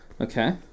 Okay